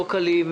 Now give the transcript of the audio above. לא קלים,